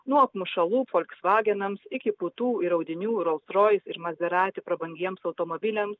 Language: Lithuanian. nuo apmušalų folksvagenams iki putų ir audinių rols rois ir mazerati prabangiems automobiliams